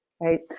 right